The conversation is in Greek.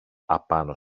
απάνω